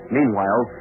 Meanwhile